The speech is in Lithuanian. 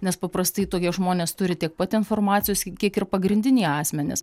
nes paprastai tokie žmonės turi tiek pat informacijos kiek ir pagrindiniai asmenys